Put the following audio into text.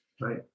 Right